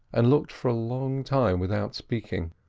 and looked for a long time without speaking.